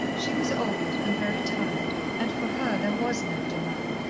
she was old and very tired, and for her there was no demain,